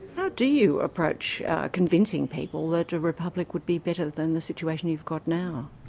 how do you approach convincing people that a republic would be better than the situation you've got now?